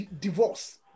divorce